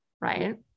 right